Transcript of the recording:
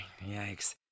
yikes